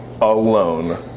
alone